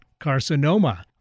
carcinoma